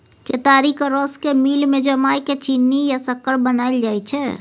केतारीक रस केँ मिल मे जमाए केँ चीन्नी या सक्कर बनाएल जाइ छै